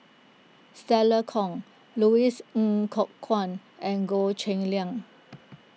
Stella Kon Louis N Kok Kwang and Goh Cheng Liang